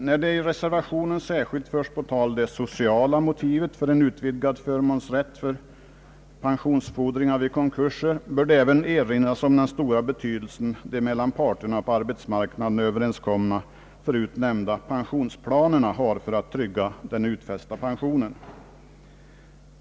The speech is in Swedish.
När det i reservationen särskilt förs på tal det sociala motivet för en utvidgad förmånsrätt för pensionsfordringar i konkurser bör även erinras om den stora betydelse de mellan parterna på arbetsmarknaden överenskomna förut nämnda pensionsplanerna har för att trygga den utfästa pensionen.